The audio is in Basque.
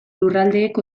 lurraldeek